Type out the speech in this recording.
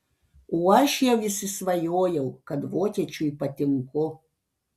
o aš jau įsisvajojau kad vokiečiui patinku